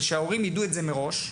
ושההורים ידעו את זה מראש?